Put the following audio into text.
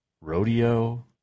rodeo